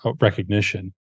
recognition